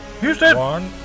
Houston